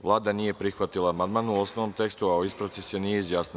Vlada nije prihvatila amandman u osnovnom tekstu, a o ispravci se nije izjasnila.